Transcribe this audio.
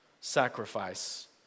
sacrifice